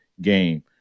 game